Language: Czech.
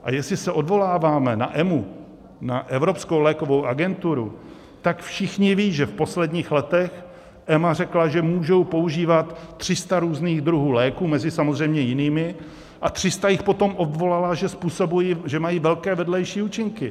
A jestli se odvoláváme na EMA, na Evropskou lékovou agenturu, tak všichni ví, že v posledních letech EMA řekla, že můžou používat 300 různých druhů léků, samozřejmě mezi jinými, a 300 jich potom odvolala, že mají velké vedlejší účinky.